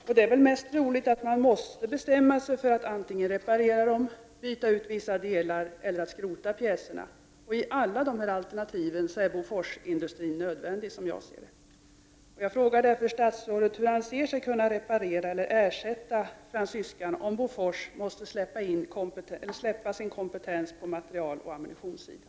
Man måste nog bestämma sig för att reparera pjäserna, byta ut vissa delar eller skrota pjäserna. I alla dessa alternativ är Boforsindustrin nödvändig, som jag ser det. Jag frågar statsrådet hur han ser sig kunna reparera eller ersätta fransyskan om Bofors måste släppa sin kompetens på materieloch ammunitionssidan.